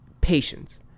patience